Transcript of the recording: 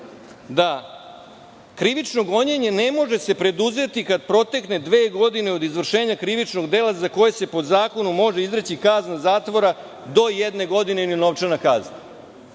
da krivično gonjenje se ne može preduzeti kad protekne dve godine od izvršenja krivičnog dela za koje se po zakonu može izreći kazna zatvora do jedne godine ili novčana kazna.